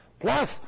Plus